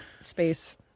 Space